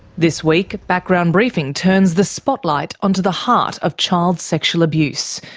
this week, background briefing turns the spotlight onto the heart of child sexual abuse,